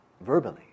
verbally